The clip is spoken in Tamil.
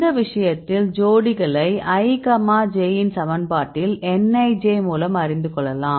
இந்த விஷயத்தில் ஜோடிகளை i கமா j இன் சமன்பாட்டில் nij மூலம் அறிந்து கொள்ளலாம்